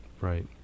Right